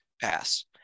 Pass